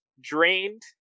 drained